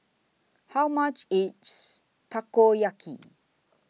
How much IS Takoyaki